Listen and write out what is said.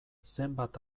zenbat